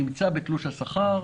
נמצא בתלוש השכר,